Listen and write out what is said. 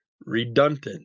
redundant